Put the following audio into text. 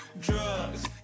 Drugs